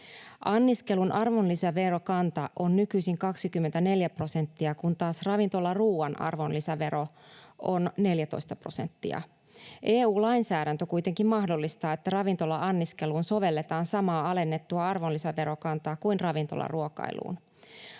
Anniskelun arvonlisäverokanta on nykyisin 24 prosenttia, kun taas ravintolaruuan arvonlisävero on 14 prosenttia. EU-lainsäädäntö kuitenkin mahdollistaa, että ravintola-anniskeluun sovelletaan samaa alennettua arvonlisäverokantaa kuin ravintolaruokailuun.